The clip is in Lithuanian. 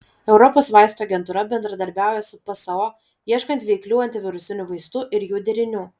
europos vaistų agentūra bendradarbiauja su pso ieškant veiklių antivirusinių vaistų ir jų derinių